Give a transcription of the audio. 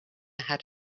had